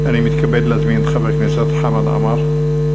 אני מתכבד להזמין את חבר הכנסת חמד עמאר.